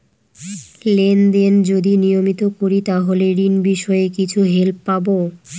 Lane দেন যদি নিয়মিত করি তাহলে ঋণ বিষয়ে কিছু হেল্প পাবো?